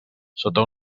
sota